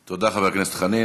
תודה, חבר הכנסת חנין.